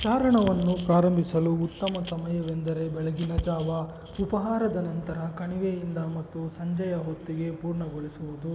ಚಾರಣವನ್ನು ಪ್ರಾರಂಭಿಸಲು ಉತ್ತಮ ಸಮಯವೆಂದರೆ ಬೆಳಗಿನ ಜಾವ ಉಪಾಹಾರದ ನಂತರ ಕಣಿವೆಯಿಂದ ಮತ್ತು ಸಂಜೆಯ ಹೊತ್ತಿಗೆ ಪೂರ್ಣಗೊಳಿಸುವುದು